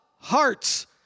hearts